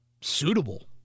suitable